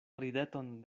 rideton